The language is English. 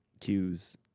cues